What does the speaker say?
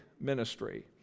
ministry